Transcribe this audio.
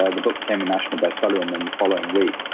yeah the book became a national bestseller, and then the following week,